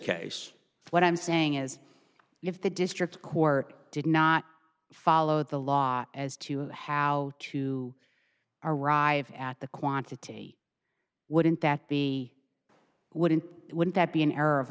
case what i'm saying is if the district court did not follow the law as to how to arrive at the quantity wouldn't that be wouldn't it wouldn't that be an